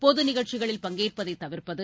பொது நிகழ்ச்சிகளில் பங்கேற்பதை தவிர்ப்பது